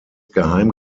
geheim